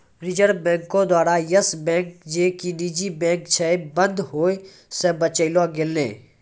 reserve बैंको द्वारा Yes Bank जे कि निजी बैंक छै, बंद होय से बचैलो गेलै